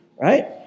Right